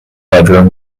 bedroom